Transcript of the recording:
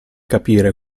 capire